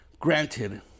Granted